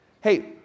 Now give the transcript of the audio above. hey